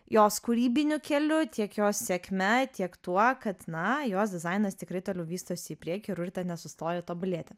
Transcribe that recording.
jos kūrybiniu keliu tiek jos sėkme tiek tuo kad na jos dizainas tikrai toliau vystosi į priekį ir urtė nesustojo tobulėti